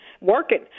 working